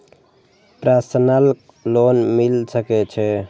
Personal loan मिल सके छे?